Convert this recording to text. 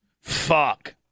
Fuck